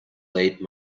late